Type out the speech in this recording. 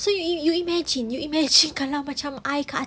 so you you you imagine you imagine kalau macam I